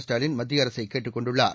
ஸ்டாலின் மத்திய அரசை கேட்டுக் கொண்டுள்ளார்